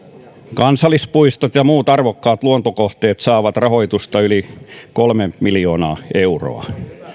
kansallispuistot ja muut arvokkaat luontokohteet saavat rahoitusta yli kolme miljoonaa euroa